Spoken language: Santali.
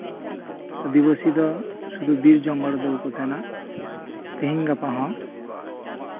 ᱟᱹᱫᱤᱵᱟᱥᱤ ᱫᱚ ᱥᱩᱫᱷᱩ ᱵᱤᱨ ᱡᱚᱝᱜᱚᱞ ᱨᱮᱫᱚ ᱵᱟᱠᱚ ᱛᱟᱦᱮᱸᱱᱟ ᱛᱮᱦᱤᱧ ᱜᱟᱯᱟ ᱦᱚᱸ